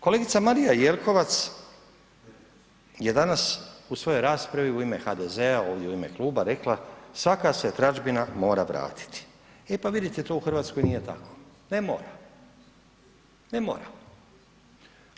Kolegica Marija Jelkovac je danas u svoj raspravi, u ime HDZ-a ovdje u ime kluba rekla, svaka se tražbina mora vratiti, e pa vidite to u Hrvatskoj nije tako, ne mora, ne mora.